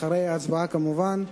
אחרי ההצבעה כמובן,